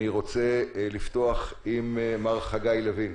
אני רוצה לפתוח עם מר חגי לוין.